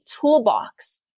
toolbox